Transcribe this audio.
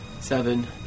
Seven